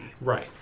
Right